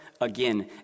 again